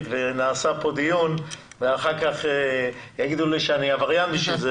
ונעשה כאן דיון ואחר כך יאמרו לי אני עבריין.